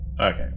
Okay